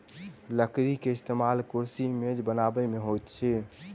लकड़ी के इस्तेमाल कुर्सी मेज बनबै में होइत अछि